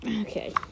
okay